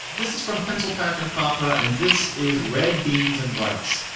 this is from pencil pack and paper. and this is red beans and rice.